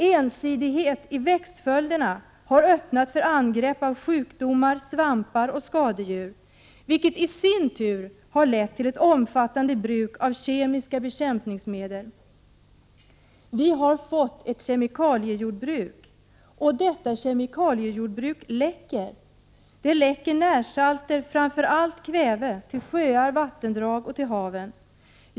Ensidigheten i växtföljderna har öppnat för angrepp av sjukdomar, svampar och skadedjur, vilket i sin tur lett till ett omfattande bruk av kemiska bekämpningsmedel. Vi har fått ett kemikaliejordbruk. Och detta kemikaliejordbruk läcker. Det läcker närsalter, framför allt kväve, till sjöar och vattendrag och till haven.